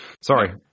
sorry